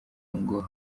ngo